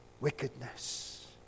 wickedness